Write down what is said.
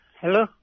Hello